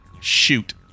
Shoot